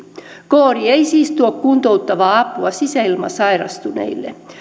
koodi ei siis tuo kuntouttavaa apua sisäilmasairastuneille